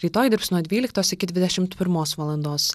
rytoj dirbs nuo dvyliktos iki dvidešimt pirmos valandos